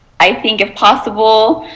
i think if possible